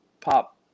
pop